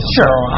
Sure